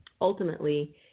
Ultimately